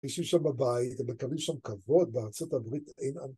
מי שיושב בבית, מקבלים שם כבוד, בארצות הברית אין...